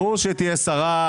ברור שהיא תהיה שרה.